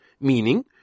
Meaning